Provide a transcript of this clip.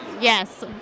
yes